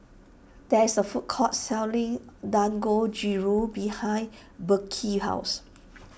there is a food court selling Dangojiru behind Burke's house